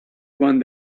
one